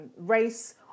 race